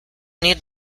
need